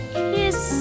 kiss